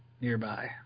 nearby